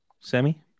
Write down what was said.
Sammy